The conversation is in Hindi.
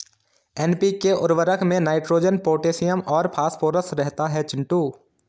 एन.पी.के उर्वरक में नाइट्रोजन पोटैशियम और फास्फोरस रहता है चिंटू